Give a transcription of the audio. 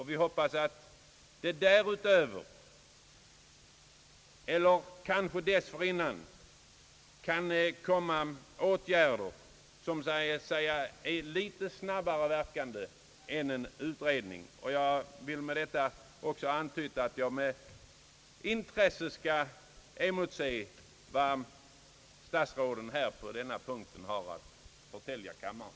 Vi hoppas också att det dessförinnan skall kunna vidtas åtgärder, som så att säga verkar litet snabbare än en utredning, och jag vill med detta också antyda att jag med intresse skall emotse vad herr statsrådet på denna punkt har att förtälja kammaren.